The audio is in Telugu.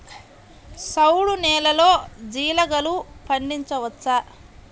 చవుడు నేలలో జీలగలు పండించవచ్చా?